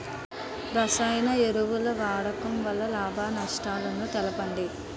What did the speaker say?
రసాయన ఎరువుల వాడకం వల్ల లాభ నష్టాలను తెలపండి?